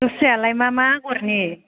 दसरायालाय मा मा आगरनि